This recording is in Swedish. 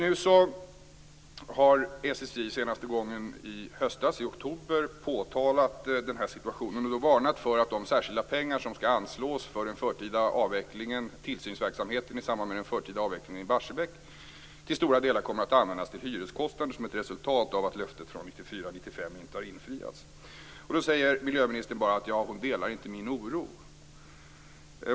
SSI har senast i höstas, i oktober, påtalat den här situationen och varnat för att de särskilda pengar som skall anslås för tillsynsverksamheten i samband med den förtida avvecklingen i Barsebäck till stora delar kommer att användas till hyreskostnader som ett resultat av att löftet från 1994/95 inte har infriats. Då säger miljöministern bara att hon inte delar min oro.